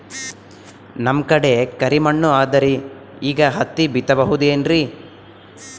ನಮ್ ಕಡೆ ಕರಿ ಮಣ್ಣು ಅದರಿ, ಈಗ ಹತ್ತಿ ಬಿತ್ತಬಹುದು ಏನ್ರೀ?